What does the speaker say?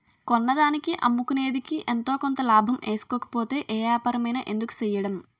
కొన్నదానికి అమ్ముకునేదికి ఎంతో కొంత లాభం ఏసుకోకపోతే ఏ ఏపారమైన ఎందుకు సెయ్యడం?